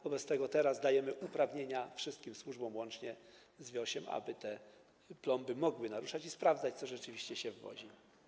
Wobec tego teraz dajemy uprawnienia wszystkim służbom, łącznie z WIOŚ, aby te plomby mogły naruszać i sprawdzać, co rzeczywiście się wwozi.